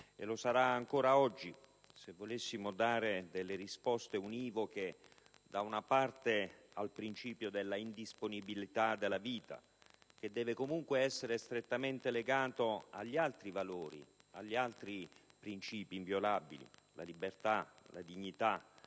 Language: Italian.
Lo sarà ancora oggi, se volessimo dare delle risposte univoche, da una parte al principio dell'indisponibilità della vita, che deve comunque essere strettamente legato agli altri valori e principi inviolabili (la libertà, la dignità,